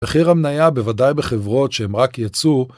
מחיר המניה בוודאי בחברות שהם רק יצאו